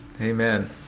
Amen